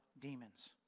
demons